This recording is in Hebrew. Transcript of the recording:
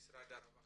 למשרד הרווחה,